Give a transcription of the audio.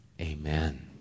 amen